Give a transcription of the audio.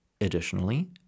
Additionally